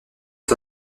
est